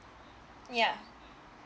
yeah